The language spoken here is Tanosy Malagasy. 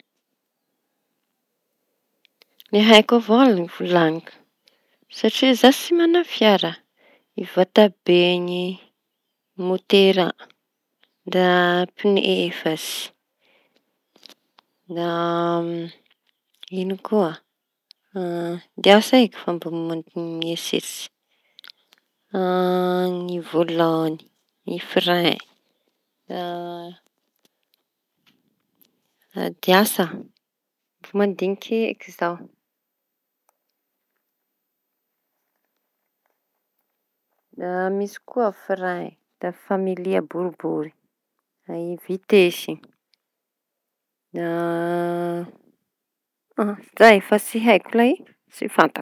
Ny haiko avao aloha volañiko satria za tsy mana fiara: i vatabeny, motera, da pne efatsy, da ino koa dia asa eky fa mbola mieritseritsy ny vôlany, ny fray, da diasa mbo mandiniky eky za da misy koa fray da familia boribory, vitesy da zay fa tsy haiko lay.